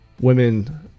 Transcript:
women